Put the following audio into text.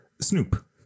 Snoop